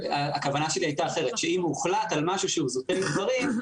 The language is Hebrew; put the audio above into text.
הכוונה שלי הייתה אחרת: שאם הוחלט על משהו שהוא זוטי דברים,